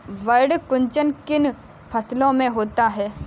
पर्ण कुंचन किन फसलों में होता है?